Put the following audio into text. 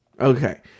Okay